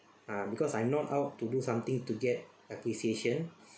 ah because I'm not out to do something to get accusation